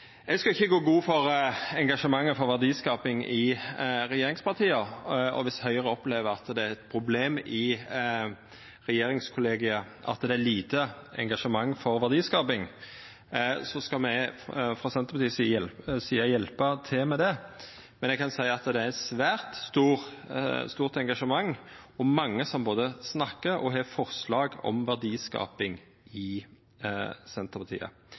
Eg skal ikkje gå god for engasjementet for verdiskaping i regjeringspartia, og viss Høgre opplever at det er eit problem i regjeringskollegiet at det er lite engasjement for verdiskaping, skal me, frå Senterpartiets side, hjelpa til med det. Men eg kan seia at det i Senterpartiet er eit svært stort engasjement og mange som både snakkar om og har forslag når det gjeld verdiskaping.